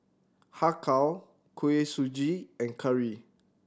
Har Kow Kuih Suji and curry